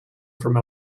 from